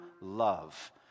love